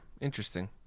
interesting